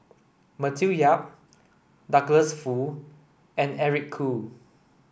Matthew Yap Douglas Foo and Eric Khoo